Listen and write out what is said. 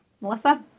Melissa